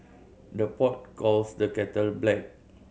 the pot calls the kettle black